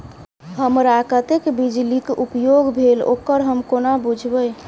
हमरा कत्तेक बिजली कऽ उपयोग भेल ओकर हम कोना बुझबै?